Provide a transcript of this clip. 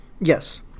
Yes